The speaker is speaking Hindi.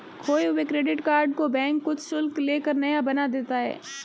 खोये हुए क्रेडिट कार्ड को बैंक कुछ शुल्क ले कर नया बना देता है